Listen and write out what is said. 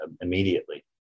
immediately